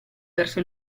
verso